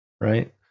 right